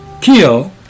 kill